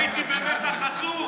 הייתי במתח עצום.